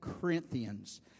Corinthians